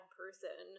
person